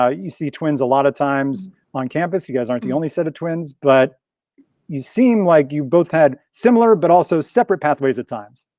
ah you see twins a lot of times on campus. you guys aren't the only set of twins, but you seem like you both had similar but also separate pathways at times.